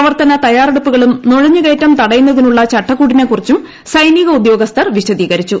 പ്രവർത്തന തയ്യാറെടുപ്പുകളും നുഴഞ്ഞുകയറ്റം തടയുന്നതിനുള്ള ചട്ടക്കൂടിനെക്കുറിച്ചും സൈനിക ഉദ്യോഗസ്ഥർ വിശദീകരിച്ചു